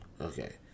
Okay